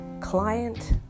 client